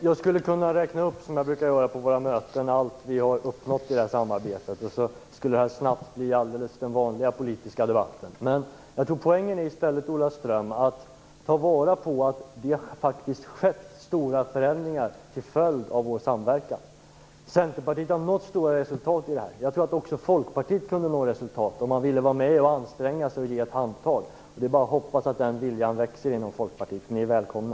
Fru talman! Jag skulle, som jag brukar göra på våra möten, kunna räkna upp allt som vi har uppnått i samarbetet. Men snabbt skulle det då bli den vanliga politiska debatten. Jag tror att poängen, Ola Ström, i stället är att ta fasta på att det faktiskt har skett stora förändringar till följd av vår samverkan. Centerpartiet har nått goda resultat i det samarbetet. Jag tror att också Folkpartiet skulle kunna nå resultat om man ville vara med och om man ville anstränga sig och ge ett handtag. Det är bara att hoppas att den viljan växer i Folkpartiet. Ni är välkomna!